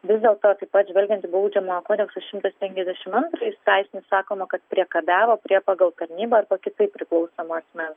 vis dėlto taip pat žvelgiant į baudžiamojo kodekso šimtas penkiasdešim antrąjį straipsnį sakoma kad priekabiavo prie pagal tarnybą arba kitaip priklausomo asmens